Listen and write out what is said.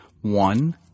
one